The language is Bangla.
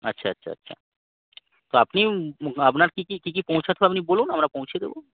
আচ্ছা আচ্ছা আচ্ছা তো আপনি আপনার কি কি কি কি পৌঁছাতে হবে আপনি বলুন আমরা পৌঁছে দেবো